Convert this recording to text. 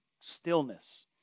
stillness